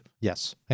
Yes